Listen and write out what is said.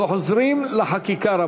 רבותי, חוזרים לחקיקה.